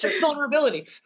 vulnerability